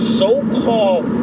so-called